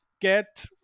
get